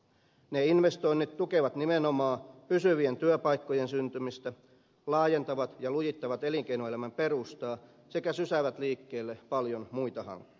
ne investoinnit tukevat nimenomaan pysyvien työpaikkojen syntymistä laajentavat ja lujittavat elinkeinoelämän perustaa sekä sysäävät liikkeelle paljon muita hankkeita